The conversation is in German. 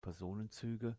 personenzüge